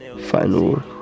final